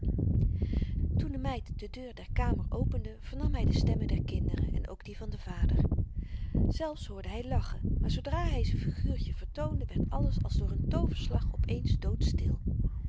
toen de meid de deur der kamer opende vernam hy de stemmen der kinderen en ook die van den vader zelfs hoorde hy lachen maar zoodra hy z'n figuurtje vertoonde werd alles als door n tooverslag op eens doodstil